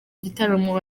gitaramo